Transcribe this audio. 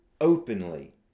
openly